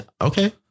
Okay